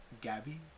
Gabby